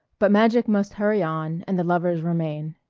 but magic must hurry on, and the lovers remain.